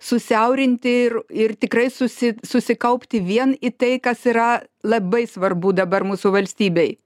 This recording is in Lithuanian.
susiaurinti ir ir tikrai susi susikaupti vien į tai kas yra labai svarbu dabar mūsų valstybei